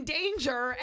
danger